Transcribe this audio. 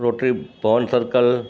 rotary Bhavan circle